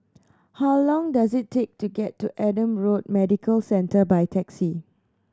how long does it take to get to Adam Road Medical Centre by taxi